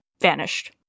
vanished